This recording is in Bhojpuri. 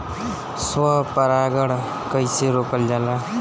स्व परागण कइसे रोकल जाला?